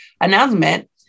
announcement